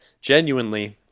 genuinely